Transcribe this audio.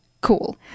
Cool